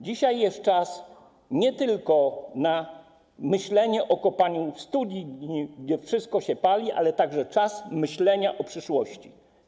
Dzisiaj jest czas nie tylko myślenia o kopaniu studni, gdy wszystko się pali, ale także czas myślenia o przyszłości.